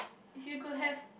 if you could have